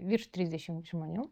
virš trisdešim žmonių